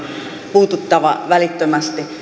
puututtava välittömästi